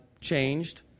changed